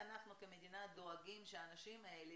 איך אנחנו כמדינה דואגים שהאנשים האלה,